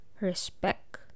respect